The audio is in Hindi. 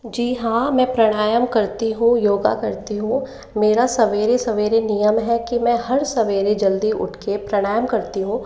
जी हाँ मैं प्राणायाम करती हूँ योगा करती हूँ मेरा सवेरे सवेरे नियम है कि मैं हर सवेरे जल्दी उठ कर प्राणायाम करती हूँ